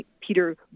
Peter